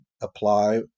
apply